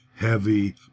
heavy